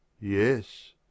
Yes